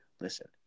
Listen